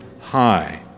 high